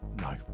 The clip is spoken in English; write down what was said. no